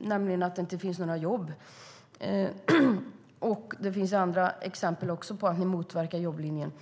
nämligen genom att det inte finns några jobb. Det finns även andra exempel på att regeringen motverkar jobblinjen.